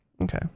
okay